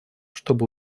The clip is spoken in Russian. чтобы